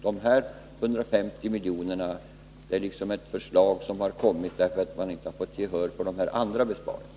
De nu aktuella 150 miljonerna är förslag som har kommit fram, därför att socialdemokraterna inte fått gehör för de andra besparingarna.